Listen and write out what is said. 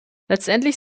letztendlich